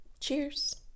Cheers